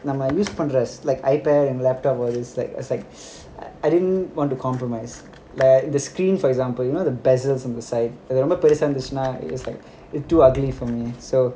நம்ம யூஸ் பண்ற சில:namma use panra sila ipad and laptop all this like it's like I didn't want to compromise like the screen for example you know the on the side ரொம்ப பெருசா இருந்துச்சுன்னா:romba perusa irunthuchuna is like too ugly for me so